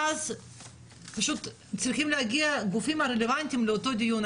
ואז פשוט צריכים להגיע הגופים הרלוונטיים לאותו דיון.